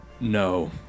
no